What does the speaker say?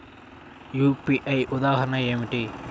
UPI ఉదాహరణ ఏమిటి?